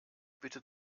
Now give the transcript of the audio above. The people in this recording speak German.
bitte